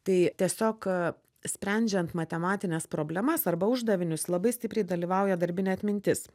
tai tiesiog sprendžiant matematines problemas arba uždavinius labai stipriai dalyvauja darbinė atmintis